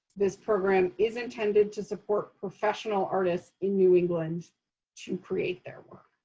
this program is intended to support professional artists in new england to create their work.